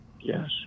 Yes